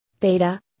beta